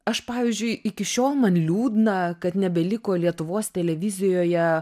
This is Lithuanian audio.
aš pavyzdžiui iki šiol man liūdna kad nebeliko lietuvos televizijoje